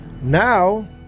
Now